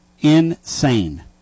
Insane